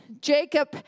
Jacob